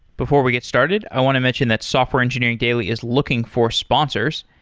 before we get started, i want to mention that software engineering daily is looking for sponsors.